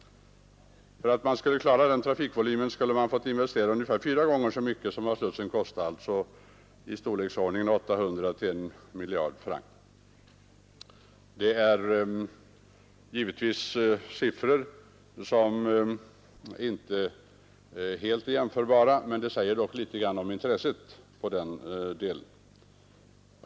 För att klara den trafikvolymen skulle man fått investera ungefär fyra gånger så mycket som slussen kostat, alltså 800—-1 000 miljoner francs. Dessa siffror är givetvis inte helt jämförbara med de svenska, men de säger ändå litet om intresset där.